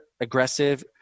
aggressive